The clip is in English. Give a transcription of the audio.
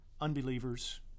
unbelievers